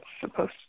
supposed